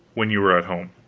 when you are at home?